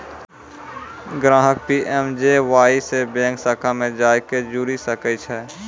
ग्राहक पी.एम.जे.जे.वाई से बैंक शाखा मे जाय के जुड़ि सकै छै